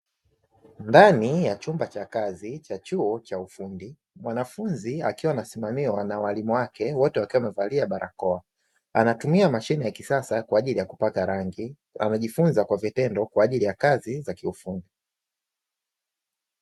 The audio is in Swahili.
Ndani ya chumba cha kazi cha chuo cha ufundi, mwanafunzi akiwa anasimamiwa na walimu wake wote wakiwa wamevalia barakoa, anatumia mashine ya kisasa kwa ajili ya kupaka rangi amejifunza kwa vitendo kwa ajili ya kazi za kiufundi.